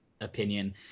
opinion